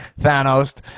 thanos